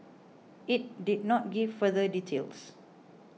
it did not give further details